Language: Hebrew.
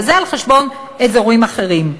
וזה על חשבון אזורים אחרים.